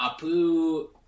Apu